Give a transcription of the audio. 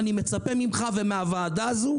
אני מצפה ממך ומהוועדה הזו,